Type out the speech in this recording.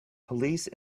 police